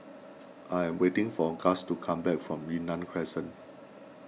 I am waiting for Gust to come back from Yunnan Crescent